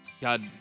God